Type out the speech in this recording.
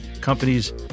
companies